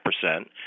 percent